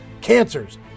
Cancers